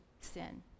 sin